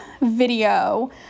video